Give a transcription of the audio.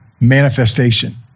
manifestation